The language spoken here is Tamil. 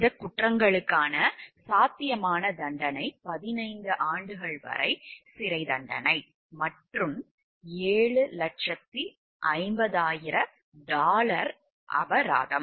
இந்த குற்றங்களுக்கான சாத்தியமான தண்டனை 15 ஆண்டுகள் வரை சிறைத்தண்டனை மற்றும் 750000 அபராதம்